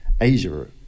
Asia